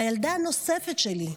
והילדה הנוספת שלי,